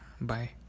bye